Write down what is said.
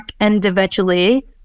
individually